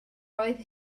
oedd